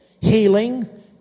healing